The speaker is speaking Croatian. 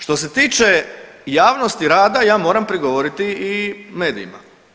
Što se tiče javnosti rada ja moram prigovoriti i medijima.